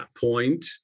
point